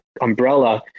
umbrella